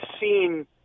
seen